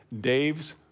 Dave's